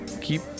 keep